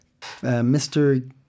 Mr